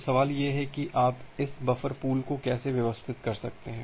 तो सवाल यह है कि आप इस बफर पूल को कैसे व्यवस्थित कर सकते हैं